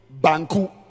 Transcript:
banku